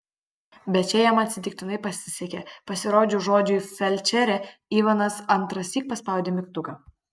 bet čia jam atsitiktinai pasisekė pasirodžius žodžiui felčerė ivanas antrąsyk paspaudė mygtuką